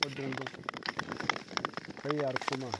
mwa dung dung, kɨ yit'ar kuum ma,